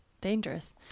dangerous